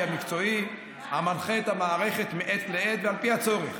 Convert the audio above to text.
המקצועי המנחה את המערכת מעת לעת ועל פי הצורך.